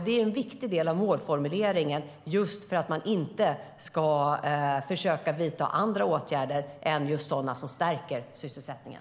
Det är en viktig del av målformuleringen, just för att inte vidta andra åtgärder än sådana som stärker sysselsättningen.